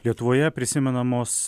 lietuvoje prisimenamos